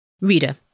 Reader